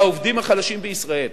לעובדים החלשים בישראל.